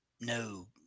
no